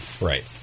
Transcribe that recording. Right